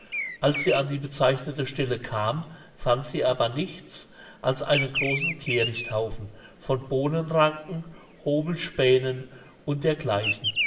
als sie an die bezeichnete stelle kam fand sie aber nichts als einen großen kehrichthaufen von bohnenranken hobelspähnen und dergleichen